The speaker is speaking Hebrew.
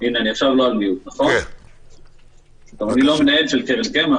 אני לא המנהל של קרן קמ"ח,